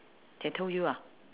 they told you ah